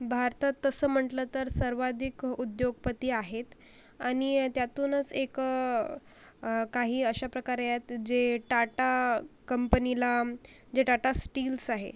भारतात तसं म्हटलं तर सर्वाधिक उद्योगपती आहेत आणि त्यातूनच एक काही अशा प्रकारे आहेत जे टाटा कंपनीलाम जे टाटा स्टील्स आहे